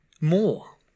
more